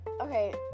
okay